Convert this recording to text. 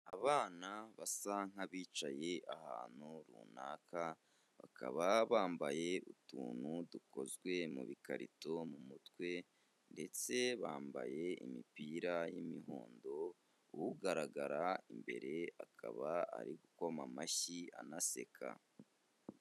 Abana basa nk'abicaye ahantu runaka, bakaba bambaye utuntu dukozwe mu bikarito mu mutwe ndetse bambaye imipira y'imihondo, ugaragara imbere akaba ari gukoma amashyi anaseka.